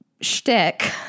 shtick